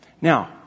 Now